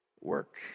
work